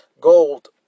gold